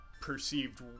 perceived